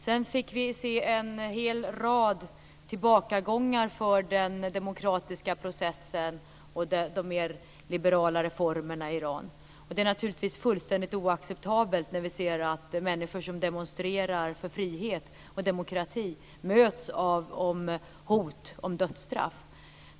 Sedan fick vi se en hel rad tillbakagångar för den demokratiska processen och de mer liberala reformerna i Iran. Det är naturligtvis fullständigt oacceptabelt att, som vi ser, människor som demonstrerar för frihet och demokrati möts av hot om dödsstraff.